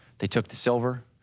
they took the silver,